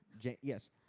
Yes